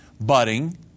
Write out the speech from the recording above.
budding